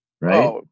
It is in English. right